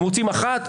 אתם רוצים אחת?